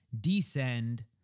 descend